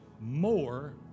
more